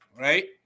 Right